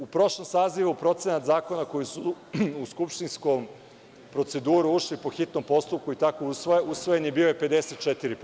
U prošlom sazivu procena zakona koji su u skupštinsku proceduru ušli po hitnom postupku i tako usvojeni bio je 54%